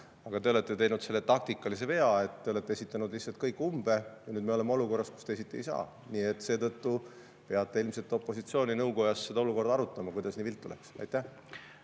Aga te olete teinud selle taktikalise vea, et te olete esitanud lihtsalt kõik umbe, ja nüüd me oleme olukorras, kus teisiti ei saa. Seetõttu peate ilmselt opositsiooni nõukojas seda olukorda arutama, kuidas nii viltu läks. Aitäh!